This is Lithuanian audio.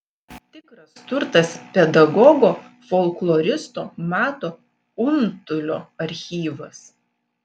tikras turtas pedagogo folkloristo mato untulio archyvas